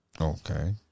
Okay